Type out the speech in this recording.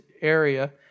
area